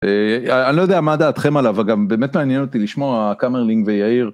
אני לא יודע מה דעתכם עליו, אגב, באמת מעניין אותי לשמוע קמרלינג ויאיר.